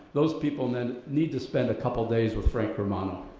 those people then need to spend a couple days with frank romano.